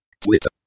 twitter